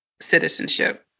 citizenship